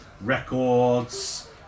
records